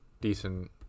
decent